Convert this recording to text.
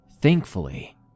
Thankfully